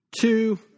two